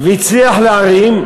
והצליח להערים,